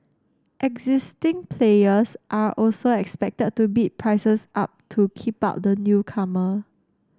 existing players are also expected to bid prices up to keep out the newcomer